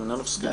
יוליה מלינובסקי,